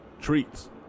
treats